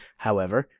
however,